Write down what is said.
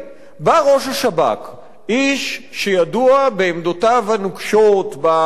איש שידוע בעמדותיו הנוקשות, ברקורד המלחמתי שלו,